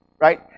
right